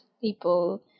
people